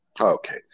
Okay